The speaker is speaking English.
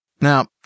Now